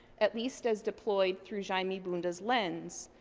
at least as deployed through jaime bunda's lens,